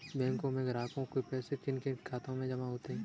बैंकों में ग्राहकों के पैसे किन किन खातों में जमा होते हैं?